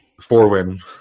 Four-win